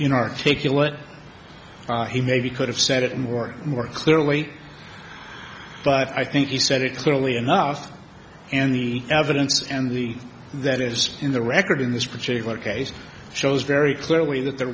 in articulate he maybe could have said it more more clearly but i think he said it clearly enough and the evidence and the that is in the record in this particular case shows very clearly that there